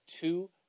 two